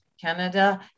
Canada